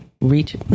reach